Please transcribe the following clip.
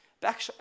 Back